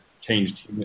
changed